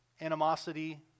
Animosity